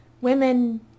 women